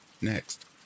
next